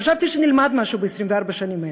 חשבתי שנלמד משהו ב-24 השנים האלה,